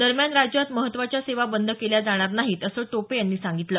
दरम्यान राज्यात महत्त्वाच्या सेवा बंद केल्या जाणार नाहीत असं टोपे यांनी सांगितलं